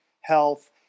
health